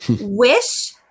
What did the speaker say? wish